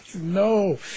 No